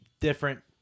different